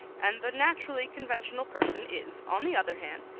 and the naturally conventional person is, on the other hand,